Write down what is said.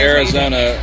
Arizona